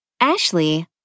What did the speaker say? Ashley